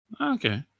Okay